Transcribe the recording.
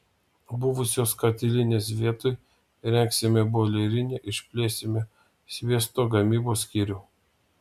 buvusios katilinės vietoj įrengsime boilerinę išplėsime sviesto gamybos skyrių